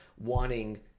wanting